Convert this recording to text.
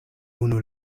unu